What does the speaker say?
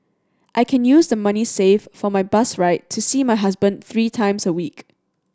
I can use the money saved for my bus ride to see my husband three times a week